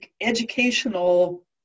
educational